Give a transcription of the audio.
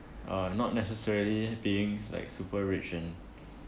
uh not necessarily being like super rich and